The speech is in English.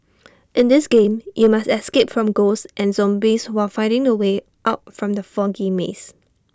in this game you must escape from ghosts and zombies while finding the way out from the foggy maze